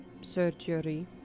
surgery